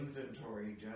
inventory